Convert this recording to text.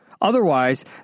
Otherwise